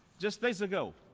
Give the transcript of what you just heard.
just days ago,